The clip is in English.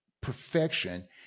perfection